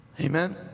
Amen